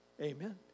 Amen